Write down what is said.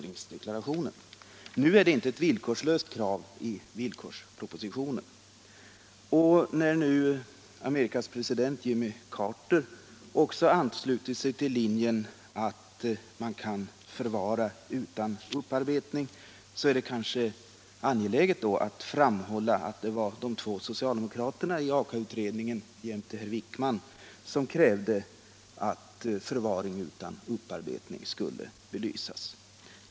Nu är det inte ett villkorslöst krav i villkorspropositionen. Och när nu Amerikas president Jimmy Carter också har anslutit sig till linjen att man kan förvara utan upparbetning är det kanske angeläget att framhålla att det var de två socialdemokraterna i Aka-utredningen jämte herr Wijkman som krävde ati även förvaring utan upparbetning skulle belysas.